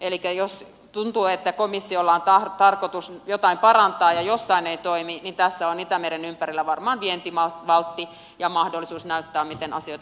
elikkä jos tuntuu että komissiolla on tarkoitus jotain parantaa ja jossain ei toimi niin tässä on itämeren ympärillä varmaan vientivaltti ja mahdollisuus näyttää miten asiat